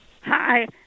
Hi